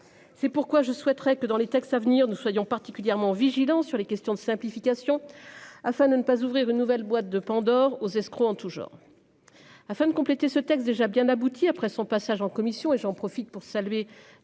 C'est pourquoi je souhaiterais que, dans les textes à venir nous soyons particulièrement vigilants sur les questions de simplification afin de ne pas ouvrir une nouvelle boîte de Pandore aux escrocs en tout genre. Afin de compléter ce texte déjà bien aboutie après son passage en commission et j'en profite pour saluer